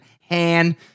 Han